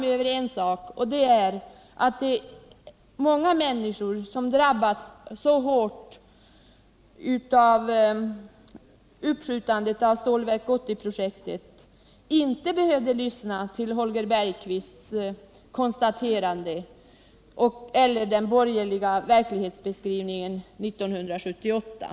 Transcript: För en sak är jag tacksam: att de många människor som drabbats så hårt av Stålverk 80-projektets uppskjutande inte behövde lyssna till Holger Bergqvists konstaterande eller den borgerliga verklighetsbeskrivningen 1978.